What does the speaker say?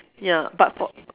ya but for